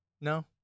No